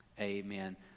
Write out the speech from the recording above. amen